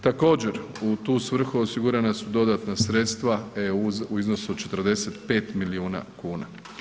Također, u tu svrhu osigurana su dodatna sredstva EU u iznosu od 45 milijun kuna.